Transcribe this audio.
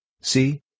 See